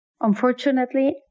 Unfortunately